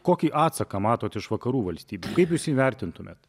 kokį atsaką matot iš vakarų valstybių kaip jūs įvertintumėt